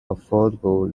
affordable